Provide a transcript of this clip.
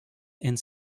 and